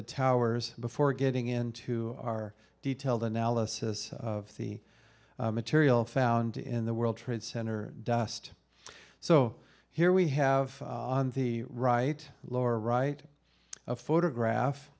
the towers before getting into our detailed analysis of the material found in the world trade center dust so here we have on the right lower right a photograph